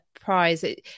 prize